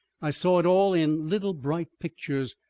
i saw it all in little bright pictures.